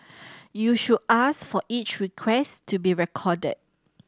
you should ask for each request to be recorded